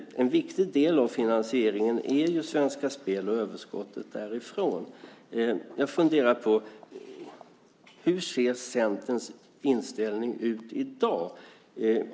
En viktig del av finansieringen är ju Svenska Spel och överskottet därifrån. Hur ser Centerns inställning ut i dag?